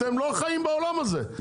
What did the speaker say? אתם לא חיים בעולם הזה.